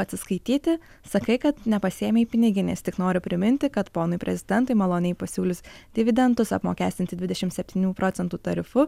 atsiskaityti sakai kad nepasiėmei piniginės tik noriu priminti kad ponui prezidentui maloniai pasiūlius dividendus apmokestinti dvidešim septynių procentų tarifu